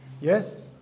Yes